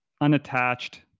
unattached